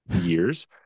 years